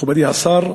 מכובדי השר,